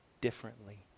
differently